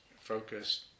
focused